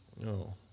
No